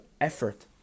effort